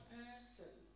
person